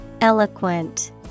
Eloquent